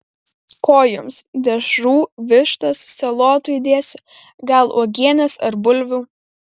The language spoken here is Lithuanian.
ko jums dešrų vištos salotų įdėsiu gal uogienės ar bulvių